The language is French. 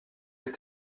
les